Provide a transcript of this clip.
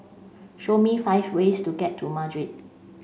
show me five ways to get to Madrid